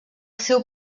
seu